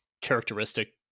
characteristic